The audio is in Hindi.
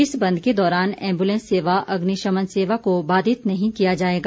इस बंद के दौरान एम्बूलेंस सेवा अग्निशमन सेवा को बाधित नहीं किया जाएगा